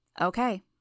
Okay